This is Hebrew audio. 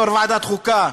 יושב-ראש ועדת חוקה,